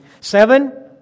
Seven